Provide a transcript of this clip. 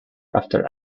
after